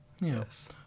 Yes